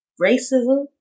racism